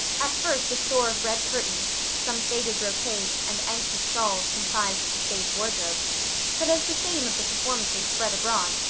at first a store of red curtains, some faded brocades, and ancient shawls comprised the stage wardrobe but as the fame of the performances spread abroad,